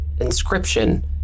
inscription